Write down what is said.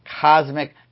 cosmic